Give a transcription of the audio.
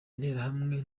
interahamwe